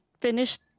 finished